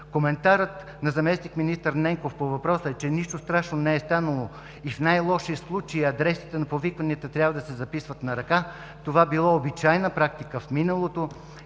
Коментарът на заместник-министър Ненков по въпроса е, че нищо страшно не е станало и в най-лошия случай адресите на повикванията трябва да се записват на ръка, и това е било обичайна практика в миналото.